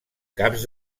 caps